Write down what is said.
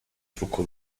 trucco